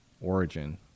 origin